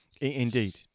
Indeed